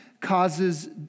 causes